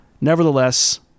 Nevertheless